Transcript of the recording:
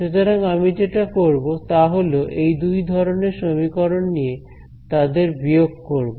সুতরাং আমি যেটা করব তাহল এই দু ধরনের সমীকরণ নিয়ে তাদের বিয়োগ করব